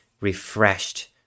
refreshed